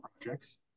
projects